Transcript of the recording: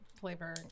flavor